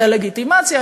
דה-לגיטימציה,